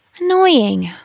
Annoying